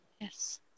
Yes